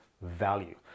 value